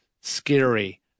scary